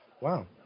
Wow